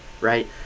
right